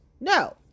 no